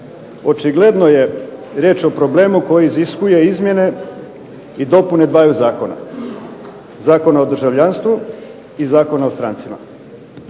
Očigledno je riječ o problemu koji iziskuje izmjene i dopune dvaju zakona, Zakona o državljanstvu i Zakona o strancima.